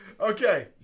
Okay